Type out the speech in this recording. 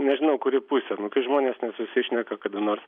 nežinau kuri pusė nu tai žmonės nesusišneka kada nors